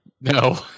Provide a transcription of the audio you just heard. no